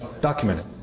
documented